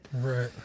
Right